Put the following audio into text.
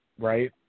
right